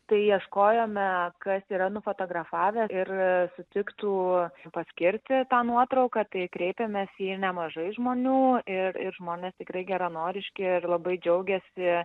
tai ieškojome kas yra nufotografavę ir sutiktų paskirti tą nuotrauką tai kreipėmės į nemažai žmonių ir ir žmonės tikrai geranoriški ir labai džiaugėsi